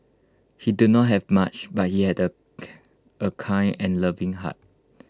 he did not have much but he had A kind and loving heart